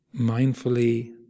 mindfully